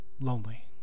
lonely